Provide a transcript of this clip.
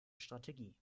strategie